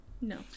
No